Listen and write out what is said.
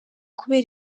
kubera